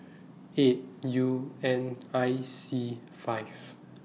eight U N I C five